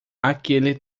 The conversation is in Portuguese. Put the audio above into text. aquele